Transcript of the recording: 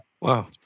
Wow